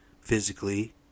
physically